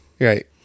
Right